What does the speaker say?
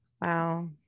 Wow